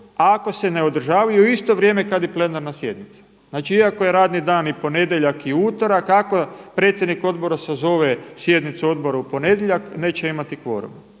ako se ne održavaju u isto vrijeme kada i plenarna sjednica. Znači iako je radni dan i ponedjeljak i utorak ako predsjednik odbora sazove sjednicu odbora u ponedjeljak neće imati kvorum